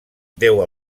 deu